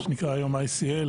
מה שנקרא היום ICL,